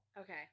Okay